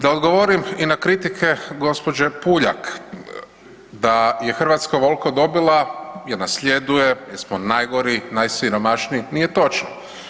Da odgovorim i na kritike gospođe Puljak da je Hrvatska ovoliko dobila jer nas sljeduje, jer smo najgore, najsiromašniji, nije točno.